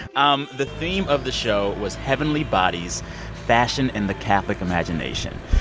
um the theme of the show was heavenly bodies fashion and the catholic imagination.